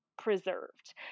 Preserved